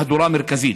במהדורה המרכזית.